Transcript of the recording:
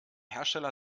hersteller